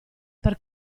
per